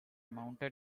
mounted